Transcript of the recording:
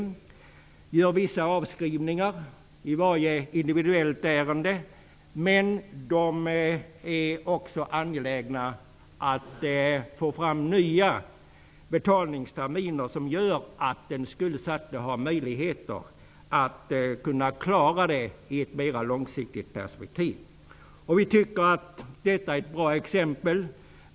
Man gör vissa avskrivningar i varje individuellt ärende, men man är också angelägen om att få fram nya betalningsterminer som gör att den skuldsatte har möjligheter att klara skulderna i ett mer långsiktigt perspektiv. Vi socialdemokrater tycker att detta är ett bra exempel.